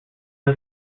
his